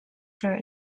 their